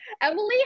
Emily